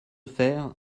faire